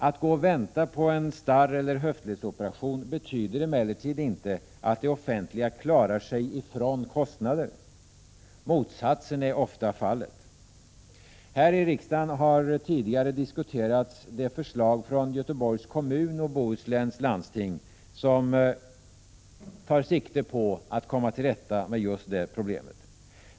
Att gå och vänta på en starreller höftledsoperation betyder emellertid inte att det offentliga klarar sig ifrån kostnader. Motsatsen är ofta fallet. Här i riksdagen har tidigare diskuterats det förslag från Göteborgs kommun och Bohusläns landsting som tar sikte på att komma till rätta med just det problemet.